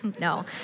no